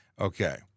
Okay